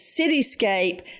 cityscape